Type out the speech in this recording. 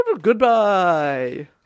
goodbye